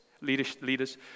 leaders